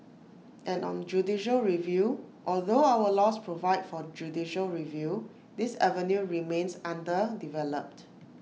and on judicial review although our laws provide for judicial review this avenue remains underdeveloped